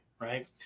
right